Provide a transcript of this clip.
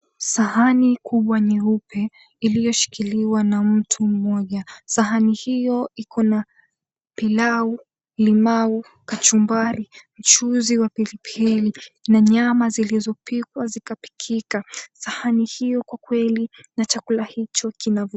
Sahani kubwa nyeupe ilioshikiliwa na mtu moja. Sahani ni hiyo iko na pilau, limau, kachumbari, mchuzi wa pilipipi na nyama zilizo pikwa zikapikika. Sahani hiyo kwa kweli na chakula hicho kinavutia.